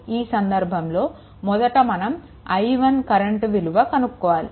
ఈ సందర్భంలో మొదట మనం i1 కరెంట్ విల్లువకనుక్కోవాలి